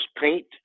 paint